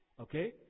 Okay